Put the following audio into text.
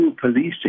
policing